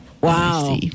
wow